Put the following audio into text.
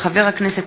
מאת חברי הכנסת